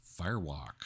Firewalk